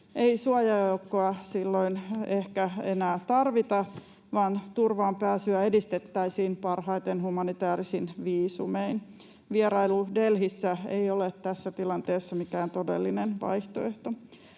ei suojajoukkoa ehkä enää tarvita, vaan turvaan pääsyä edistettäisiin parhaiten humanitäärisin viisumein. Vierailu Delhissä ei ole tässä tilanteessa mikään todellinen vaihtoehto.